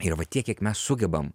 ir va tiek kiek mes sugebam